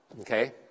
okay